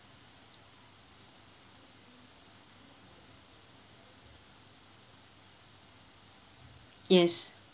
yes